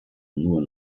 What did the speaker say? nur